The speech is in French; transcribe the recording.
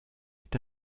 est